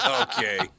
Okay